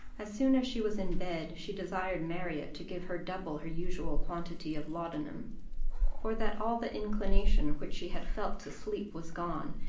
as soon as she was in bed, she desired marriott to give her double her usual quantity of laudanum for that all the inclination which she had felt to sleep was gone,